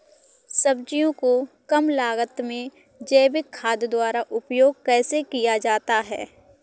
सब्जियों को कम लागत में जैविक खाद द्वारा उपयोग कैसे किया जाता है?